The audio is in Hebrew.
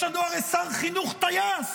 יש לנו הרי שר חינוך טייס,